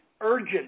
urgent